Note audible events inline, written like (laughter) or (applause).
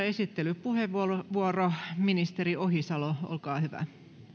(unintelligible) esittelypuheenvuoro ministeri ohisalo olkaa hyvä